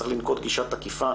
צריך לנקוט גישה תקיפה